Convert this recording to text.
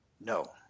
No